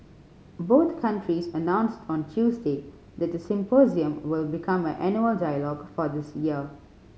both countries announced on Tuesday that the symposium will become an annual dialogue for this year